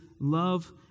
love